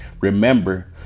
Remember